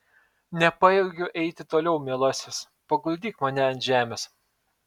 nepajėgiu eiti toliau mielasis paguldyk mane ant žemės